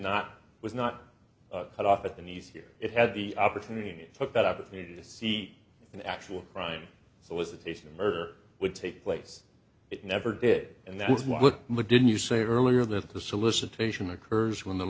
not was not cut off at the knees here it had the opportunity and took that opportunity to see an actual crime so was the taste of murder would take place it never did and that's what didn't you say earlier that the solicitation occurs when the